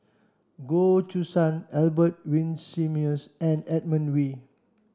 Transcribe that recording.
Goh Choo San Albert Winsemius and Edmund Wee